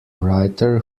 writer